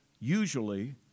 usually